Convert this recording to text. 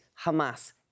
Hamas